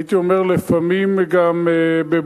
הייתי אומר לפעמים גם בבושה,